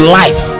life